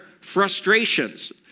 frustrations